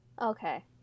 Okay